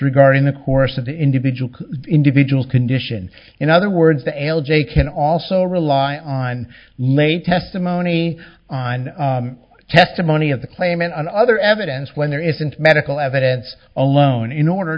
regarding the course of the individual individual condition in other words the l j can also rely on lay testimony on testimony of the claimant and other evidence when there isn't medical evidence alone in order